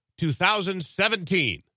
2017